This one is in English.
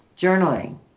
Journaling